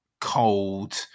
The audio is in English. cold